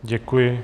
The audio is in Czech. Děkuji.